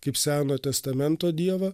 kaip senojo testamento dievą